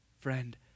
friend